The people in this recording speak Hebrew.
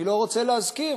אני לא רוצה להזכיר,